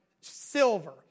silver